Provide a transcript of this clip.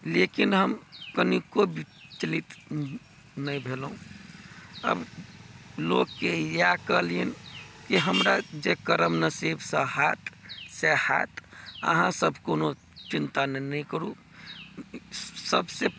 लेकिन हम कनिको विचलित नहि भेलहुँ आब लोकके इएह कहलियैन कि हमरा जे करम नसीबसँ हाथ सएह हएत अहाँ सब कोनो चिन्ता नहि करू सबसँ